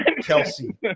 Kelsey